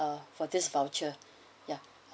ah for this voucher ya